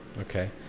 Okay